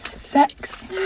Sex